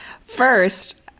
first